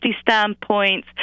standpoint